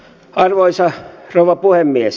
arvoisa rouva puhemies